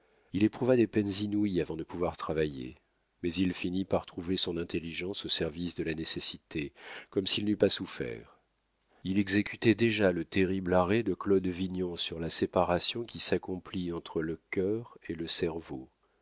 il éprouva des peines inouïes avant de pouvoir travailler mais il finit par trouver son intelligence au service de la nécessité comme s'il n'eût pas souffert il exécutait déjà le terrible arrêt de claude vignon sur la séparation qui s'accomplit entre le cœur et le cerveau